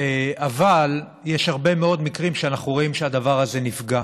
אבל יש הרבה מאוד מקרים שאנחנו רואים שהדבר הזה נפגע.